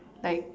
like